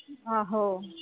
हा हो